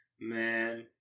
man